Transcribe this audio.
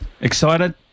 Excited